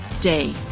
day